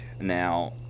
Now